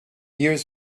years